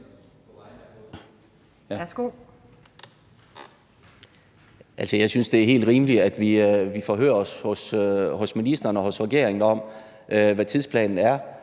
jeg synes, det er helt rimeligt, at vi forhører os hos ministeren og hos regeringen om, hvad tidsplanen er,